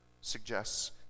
suggests